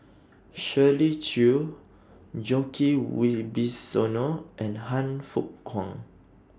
Shirley Chew Djoko Wibisono and Han Fook Kwang